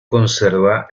conserva